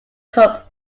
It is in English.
hub